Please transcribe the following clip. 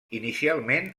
inicialment